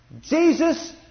Jesus